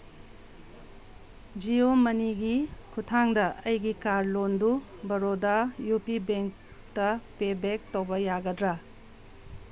ꯖꯤꯌꯣ ꯃꯅꯤꯒꯤ ꯈꯨꯊꯥꯡꯗ ꯑꯩꯒꯤ ꯀꯥꯔ ꯂꯣꯟꯗꯨ ꯕꯔꯣꯗꯥ ꯌꯨ ꯄꯤ ꯕꯦꯡꯗ ꯄꯦꯕꯦꯛ ꯇꯧꯕ ꯌꯥꯒꯗ꯭ꯔꯥ